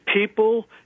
people